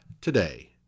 today